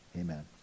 amen